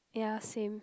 ya same